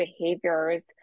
behaviors